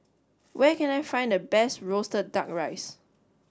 where can I find the best roasted duck rice